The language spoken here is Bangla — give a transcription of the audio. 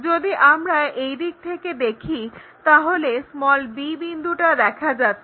যদি আমরা এই দিক থেকে দেখি তাহলে b বিন্দুটা দেখা যাচ্ছে